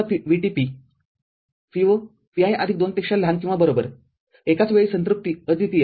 Vo VT ≤ Vi ≤ VSS VT Vo≤ Vi २ • एकाच वेळी संतृप्ति अद्वितीयVisat